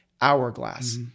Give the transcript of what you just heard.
hourglass